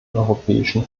europäischen